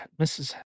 Mrs